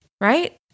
right